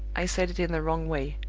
i said it in the wrong way.